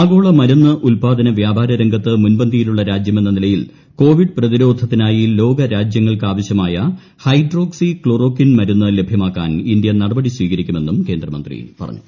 ആഗോള മരുന്നു ഉത്പാദന വ്യാപാര രംഗത്ത് മുൻപന്തിയിലുള്ള രാജ്യമെന്ന നിലയിൽ കോവിഡ് പ്രതിരോധത്തിനായി ലോക രാജ്യങ്ങൾക്ക് ആവശ്യമായ ഹൈഡ്രോക്സി ക്ലോറോകിൻ മരുന്ന് ലഭ്യമാക്കാൻ ഇന്ത്യ നടപടി സ്വീകരിക്കുമെന്നും കേന്ദ്രമന്ത്രി പറഞ്ഞു